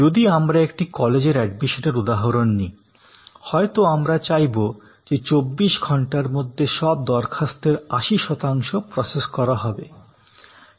যদি আমরা একটি কলেজের এডমিশনের উদাহরণ নি হয়তো আমরা চাই যে ২৪ ঘন্টার মধ্যে সব দরখাস্তের ৮০ শতাংশ প্রসেস করা হবে